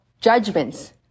judgments